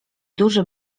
duży